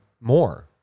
more